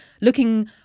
looking